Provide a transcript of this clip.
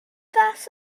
mas